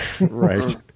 right